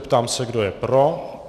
Ptám se, kdo je pro.